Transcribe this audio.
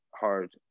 hard